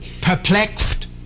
perplexed